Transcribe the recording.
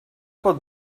pot